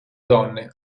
donne